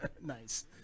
Nice